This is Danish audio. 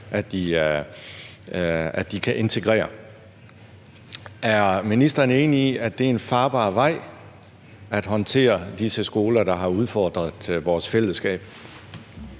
at de kan integrere. Er ministeren enig i, at det er en farbar vej i forhold til at håndtere disse skoler, der har udfordret vores fællesskab?